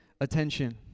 attention